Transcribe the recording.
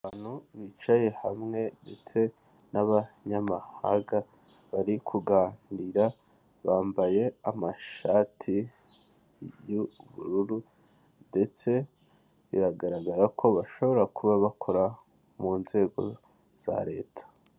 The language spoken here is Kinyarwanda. Abantu bicaye hamwe ndetse n'abanyamahanga bari kuganira bambaye amashati y'ubururu ndetse biragaragara ko bashobora kuba bakora mu nzego za leta.